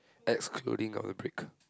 excluding our break